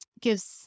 gives